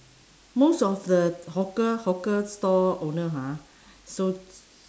most of the hawker hawker store owner ha so